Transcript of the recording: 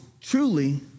truly